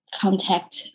contact